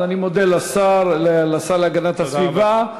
אז אני מודה לשר להגנת הסביבה.